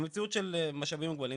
במציאות של המשאבים הפועלים,